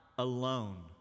Alone